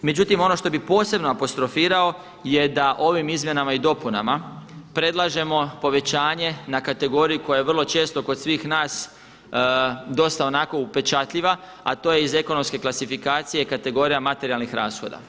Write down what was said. Međutim, ono što bih posebno apostrofirao je da ovim izmjenama i dopunama predlažemo povećanje na kategoriji koja je vrlo često kod svih nas dosta onako upečatljiva, a to je iz ekonomske klasifikacije kategorija materijalnih rashoda.